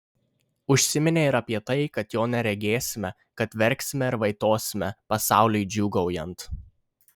užsiminė ir apie tai kad jo neregėsime kad verksime ir vaitosime pasauliui džiūgaujant